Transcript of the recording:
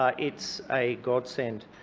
um it's a godsend.